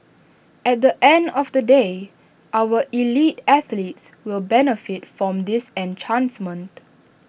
at the end of the day our elite athletes will benefit from this enhancement